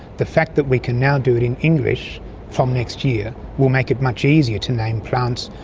the fact that we can now do it in english from next year will make it much easier to name plants,